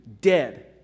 Dead